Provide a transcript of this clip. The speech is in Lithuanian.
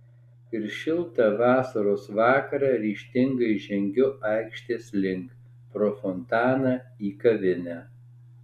ir šiltą vasaros vakarą ryžtingai žengiu aikštės link pro fontaną į kavinę